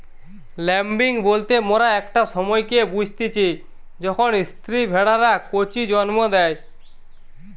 lambing বলতে মোরা একটা সময়কে বুঝতিচী যখন স্ত্রী ভেড়ারা কচি জন্ম দেয়